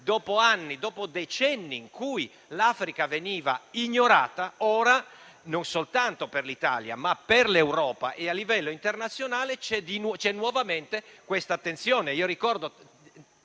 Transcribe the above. dopo decenni in cui l'Africa veniva ignorata, ora, non soltanto per l'Italia ma per l'Europa e a livello internazionale, c'è nuovamente questa attenzione.